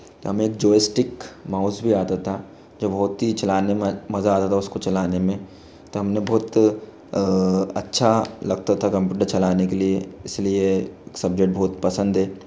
तो हमें एक जोइस्टिक माउस भी आता था जो बहुत ही चलाने में मज़ा आता था उस को चलाने में तो हम ने बहुत अच्छा लगता था कम्पूटर चलाने के लिए इस लिए सब्जेक्ट बहुत पसंद है